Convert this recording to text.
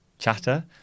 chatter